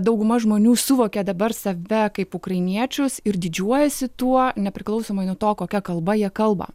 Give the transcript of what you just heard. dauguma žmonių suvokia dabar save kaip ukrainiečius ir didžiuojasi tuo nepriklausomai nuo to kokia kalba jie kalba